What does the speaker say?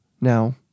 Now